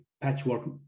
patchwork